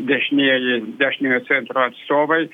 dešinieji dešiniojo centro atstovai